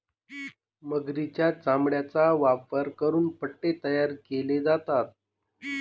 मगरीच्या चामड्याचा वापर करून पट्टे तयार केले जातात